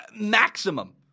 maximum